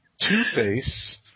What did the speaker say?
Two-Face